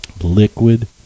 liquid